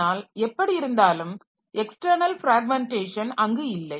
ஆனால் எப்படி இருந்தாலும் எக்ஸ்ட்டர்ணல் பிராக்மெண்டேஷன் அங்கு இல்லை